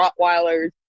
Rottweilers